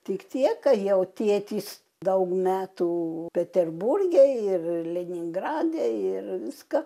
tik tiek ka jau tėtis daug metų peterburge ir leningrade ir viską